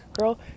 girl